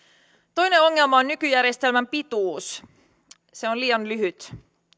toinen ongelma on nykyjärjestelmän pituus se on liian lyhyt